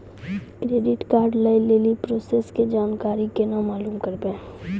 Credit card लय लेली process के जानकारी केना मालूम करबै?